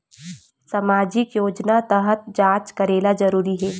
सामजिक योजना तहत जांच करेला जरूरी हे